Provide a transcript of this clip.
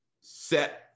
set